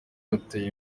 ruteye